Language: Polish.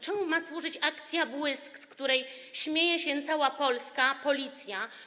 Czemu ma służyć akcja „Błysk”, z której śmieje się cała polska Policja?